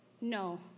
No